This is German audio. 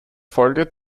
folge